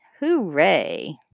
Hooray